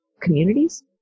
communities